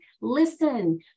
listen